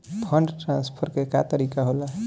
Fund transfer के का तरीका होला?